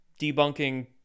debunking